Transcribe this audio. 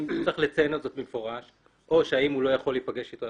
אם צריך לציין זאת במפורש או שהאם הוא לא יכול להיפגש איתו.